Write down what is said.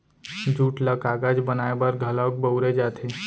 jute ल कागज बनाए बर घलौक बउरे जाथे